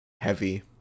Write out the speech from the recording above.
heavy